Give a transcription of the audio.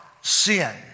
sin